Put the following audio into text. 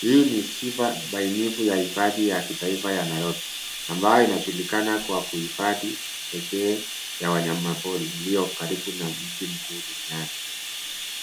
Hii ni sifa bainifu ya hifadhi ya kitaifa ya Nairobi ambayo inajulikana kwa kuhifadhi pekee ya wanyamapori iliyo karibu na mji mkuu.